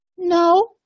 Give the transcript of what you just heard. No